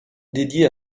dédiée